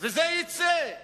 וזה יצא.